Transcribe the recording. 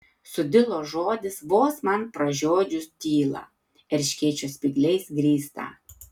sudilo žodis vos man pražiodžius tylą erškėčio spygliais grįstą